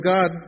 God